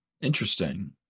Interesting